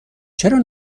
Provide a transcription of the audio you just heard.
چرا